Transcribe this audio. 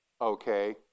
Okay